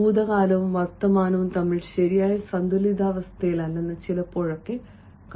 ഭൂതകാലവും വർത്തമാനവും തമ്മിൽ ശരിയായ സന്തുലിതാവസ്ഥയില്ലെന്ന് ചിലപ്പോഴൊക്കെ കണ്ടു